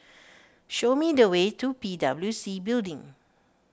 show me the way to P W C Building